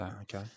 Okay